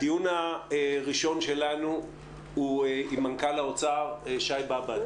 הדיון הראשון שלנו הוא עם מנכ"ל האוצר שי באב"ד.